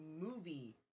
movie